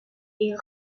est